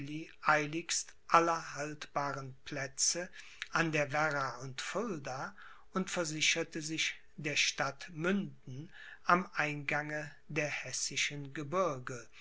eiligst aller haltbaren plätze an der werra und fulda und versicherte sich der stadt münden am eingange der hessischen gebirge